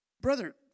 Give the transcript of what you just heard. Brother